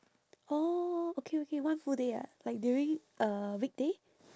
oh okay okay one full day ah like during a weekday